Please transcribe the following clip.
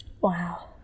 Wow